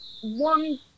one